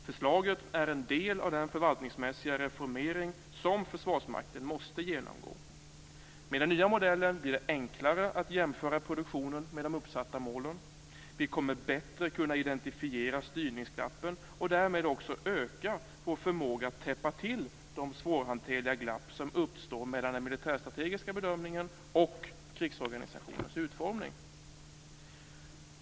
Förslaget är en del av den förvaltningsmässiga reformering som Försvarsmakten måste genomgå. Med den nya modellen blir det enklare att jämföra produktionen med de uppsatta målen. Vi kommer att bättre kunna identifiera styrningsglappen och därmed också öka vår förmåga att täppa till de svårhanterliga glapp som uppstår mellan den militärstrategiska bedömningen och krigsorganisationens utformning.